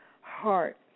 heart